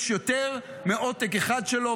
יש יותר מעותק אחד שלו.